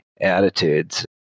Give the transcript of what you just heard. attitudes